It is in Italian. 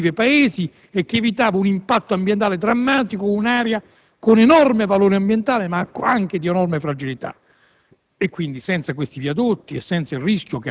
Non ho il tempo per descriverlo, ma è un progetto che lambiva i paesi e che evitava un impatto ambientale drammatico in un'area sia di enorme valore ambientale sia anche di enorme fragilità.